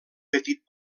petit